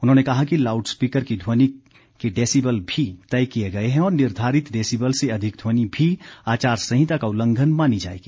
उन्होंने कहा कि लाउड स्पीकर की ध्वनि के डेसिबल भी तय किए गए हैं और निर्धारित डेसिबल से अधिक ध्वनि भी आचार संहिता का उल्लंघन मानी जाएगी